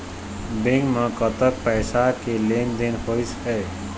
Bank म कतक पैसा के लेन देन होइस हे?